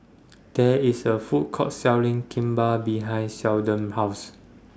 There IS A Food Court Selling Kimbap behind Sheldon's House